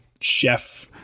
chef